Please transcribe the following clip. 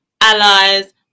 allies